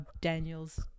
Daniel's